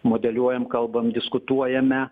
modeliuojam kalbam diskutuojame